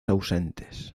ausentes